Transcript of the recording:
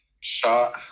shot